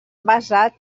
basat